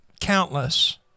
Countless